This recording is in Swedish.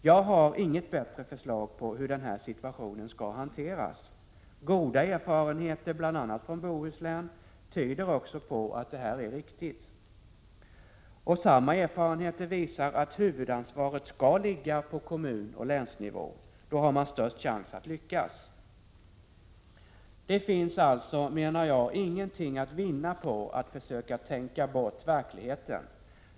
Jag har inget bättre förslag till hur den här situationen skall hanteras. Goda erfarenheter, bl.a. från Bohuslän, tyder också på att det här är riktigt. Samma erfarenheter visar att huvudansvaret skall ligga på kommunoch länsnivå. Då har man störst chans att lyckas. Det finns alltså, menar jag, ingenting att vinna på att försöka tänka bort verkligheten.